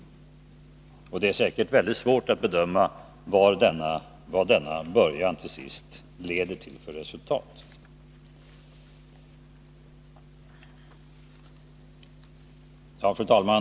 Det är säkert väldigt svårt att bedöma vad denna början till sist leder till för resultat. Fru talman!